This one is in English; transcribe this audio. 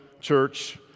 church